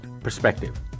perspective